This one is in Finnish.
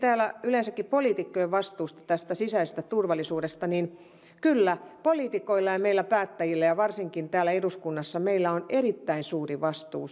yleensäkin poliitikkojen vastuusta sisäisestä turvallisuudesta kyllä poliitikoilla ja meillä päättäjillä ja varsinkin täällä eduskunnassa meillä on erittäin suuri vastuu